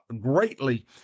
greatly